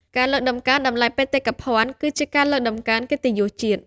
ការលើកតម្កើងតម្លៃបេតិកភណ្ឌ គឺជាការលើកតម្កើងកិត្តិយសជាតិ។